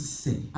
say